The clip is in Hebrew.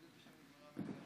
מאתמול.